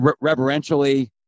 reverentially